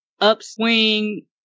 upswing